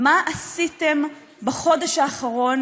מה עשיתם בחודש האחרון